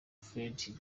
fred